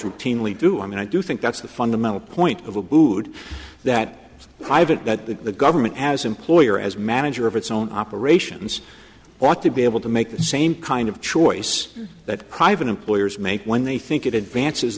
routinely do i mean i do think that's the fundamental point of abood that i have it that the government has employer as manager of its own operations ought to be able to make the same kind of choice that private employers make when they think it advances